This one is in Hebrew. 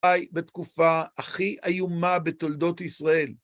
בתקופה הכי איומה בתולדות ישראל.